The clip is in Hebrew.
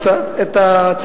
להנמקה.